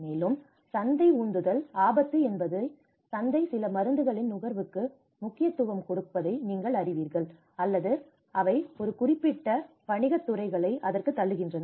மேலும் சந்தை உந்துதல் ஆபத்து என்பது சந்தை சில மருந்துகளின் நுகர்வுக்கு முக்கியத்துவம் கொடுப்பதை நீங்கள் அறிவீர்கள் அல்லது அவை ஒரு குறிப்பிட்ட வணிகத் துறைகளை அதற்குள் தள்ளுகின்றன